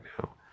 now